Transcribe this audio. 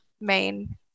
main